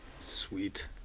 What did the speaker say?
Sweet